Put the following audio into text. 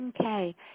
Okay